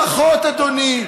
ברכות, אדוני,